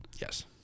yes